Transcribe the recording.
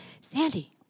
Sandy